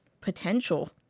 potential